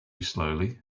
slowly